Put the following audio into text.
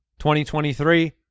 2023